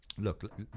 Look